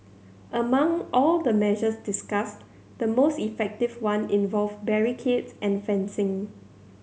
among all the measures discussed the most effective one involved barricades and fencing